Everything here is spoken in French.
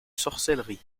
sorcellerie